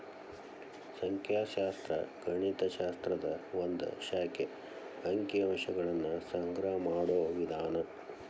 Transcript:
ಸಂಖ್ಯಾಶಾಸ್ತ್ರ ಗಣಿತ ಶಾಸ್ತ್ರದ ಒಂದ್ ಶಾಖೆ ಅಂಕಿ ಅಂಶಗಳನ್ನ ಸಂಗ್ರಹ ಮಾಡೋ ವಿಧಾನ